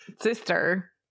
Sister